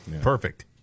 Perfect